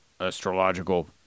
astrological